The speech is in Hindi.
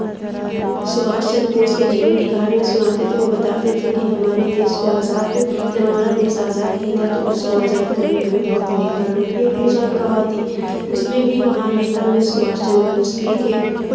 शुभाष चन्द्र बोस के जीवन की कहानियाँ सुनाते थे वो बताते थे कि हमारे देश को आज़ाद जब हमारा देश आज़ाद नहीं था तो उसको आज़ाद करने के लिए बहुत नेता लोग भी अपनी जान गँवा दी उसमें भी महान नेता में शुभाष चन्द्र बोस भी थे